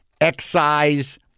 excise